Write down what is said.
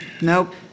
Nope